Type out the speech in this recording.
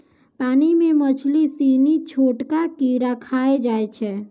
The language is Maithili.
पानी मे मछली सिनी छोटका कीड़ा खाय जाय छै